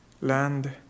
land